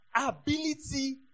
Ability